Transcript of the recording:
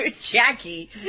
Jackie